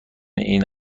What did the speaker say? این